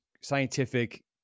scientific